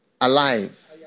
Alive